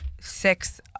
six